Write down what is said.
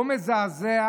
כה מזעזע,